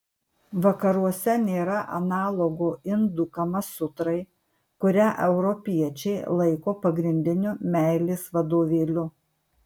vakaruose nėra analogo indų kamasutrai kurią europiečiai laiko pagrindiniu meilės vadovėliu